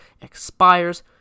expires